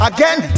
Again